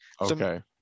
Okay